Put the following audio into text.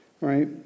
right